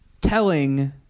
telling